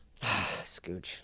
Scooch